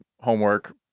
homework